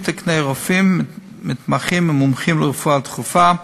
60 תקני רופאים, מתמחים ומומחים לרפואה דחופה,